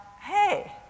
hey